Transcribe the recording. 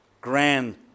grand